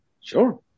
sure